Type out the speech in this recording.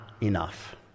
enough